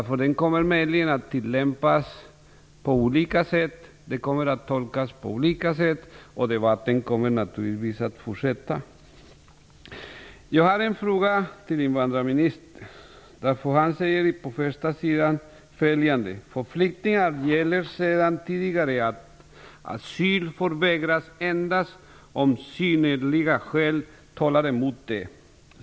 Lagen kommer möjligen att tillämpas på olika sätt, ordet kommer att tolkas på olika sätt och debatten kommer naturligtvis att fortsätta. Jag har en fråga till invandrarministern. Han säger på första sidan i svaret: "För flyktingar gäller sedan tidigare att asyl får vägras endast om synnerliga skäl talar emot det.